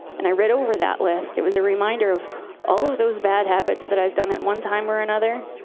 and i read over that list. it was a reminder of all of those bad habits that i'd done at one time or another,